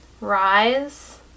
rise